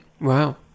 Wow